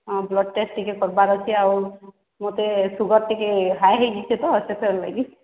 ହଁ blood test ଟିକେ କରବାର ଅଛି ଆଉ ମୋତେ ସୁଗାର ଟିକେ ହାଇ ହେଇଯାଇଛେ ତ ସେଥିର ଲାଗି